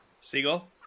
Seagull